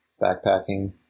backpacking